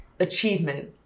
Achievement